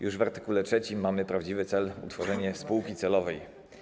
Już w art. 3 mamy prawdziwy cel: utworzenie spółki celowej.